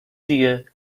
دیگه